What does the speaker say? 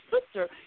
sister